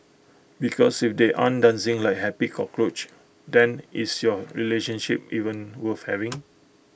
because if they aren't dancing like happy cockroach then is your relationship even worth having